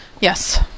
Yes